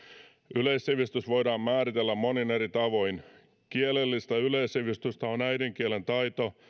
yleissivistys voidaan määritellä monin eri tavoin kielellistä yleissivistystä on äidinkielen taito